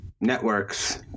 networks